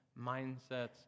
mindsets